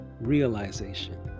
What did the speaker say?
realization